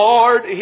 Lord